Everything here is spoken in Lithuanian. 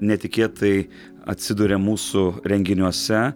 netikėtai atsiduria mūsų renginiuose